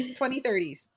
2030s